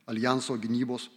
aljanso gynybos